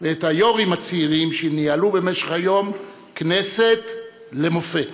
ואת היו"רים הצעירים שניהלו במשך היום כנסת למופת.